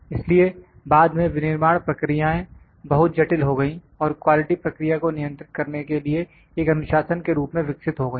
इसलिए बाद में विनिर्माण प्रक्रियाएं बहुत जटिल हो गई और क्वालिटी प्रक्रिया को नियंत्रित करने के लिए एक अनुशासन के रूप में विकसित हो गई